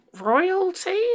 royalty